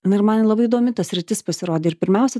na ir man labai įdomi ta sritis pasirodė ir pirmiausia